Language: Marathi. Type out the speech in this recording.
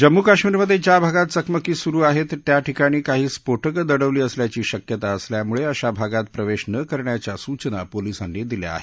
जम्मू काश्मिरमध्ये ज्या भागात चकमकी सुरू आहेत त्या ठिकाणी काही स्फोटकं दडवली असल्याची शक्यता असल्यामुळे अशा भागात प्रवेश न करण्याच्या सूचना पोलिसांनी दिल्या आहेत